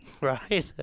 Right